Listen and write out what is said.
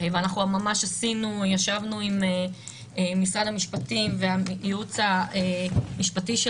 ואנחנו ממש ישבנו עם משרד המשפטים והייעוץ משפטי של